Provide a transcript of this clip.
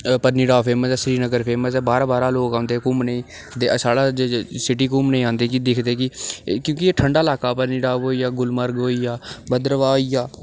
Patnitop famous ऐ Srinagar famous बाह्रा बाह्रा लोक आंदे घूमने गी ते साढ़ा सिटी घूमने गी आंदे कि दिखदे् कि क्यूंकि एह् ठंड़ा इलाका ऐ पतनीटाॅप होईआ गुलमर्ग होईआ बदरवाह होईआ